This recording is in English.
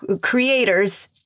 creators